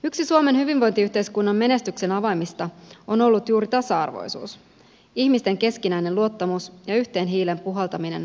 yksi suomen hyvinvointiyhteiskunnan menestyksen avaimista on ollut juuri tasa arvoisuus ihmisten keskinäinen luottamus ja yhteen hiileen puhaltaminen vaikeina aikoina